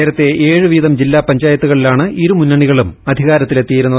നേരത്തെ ഏഴ് വീതം ജില്ലാ പഞ്ചായത്തുകളിലാണ് ഇരുമുന്നണികളും അധികാരത്തിലെത്തി യിരുന്നത്